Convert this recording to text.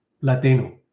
Latino